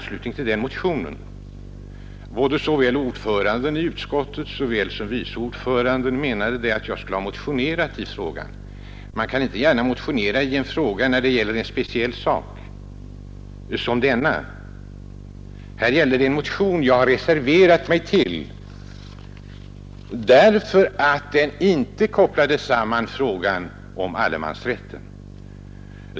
Såväl ordföranden i utskottet som vice ordföranden menade att jag skulle ha motionerat i frågan. Man kan inte motionera om en så speciell sak som denna. Här gäller det en motion som jag har reserverat mig emot för att den inte kopplat in frågan om allemansrätten.